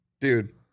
Dude